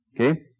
Okay